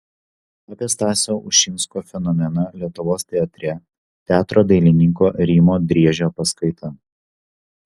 apie stasio ušinsko fenomeną lietuvos teatre teatro dailininko rimo driežio paskaita